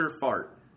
Fart